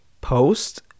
post